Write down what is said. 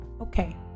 Okay